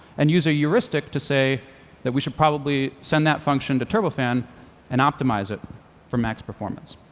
and use a heuristic to say that we should probably send that function to turbofan and optimize it for max performance.